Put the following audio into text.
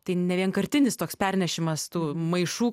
tai nevienkartinis toks pernešimas tų maišų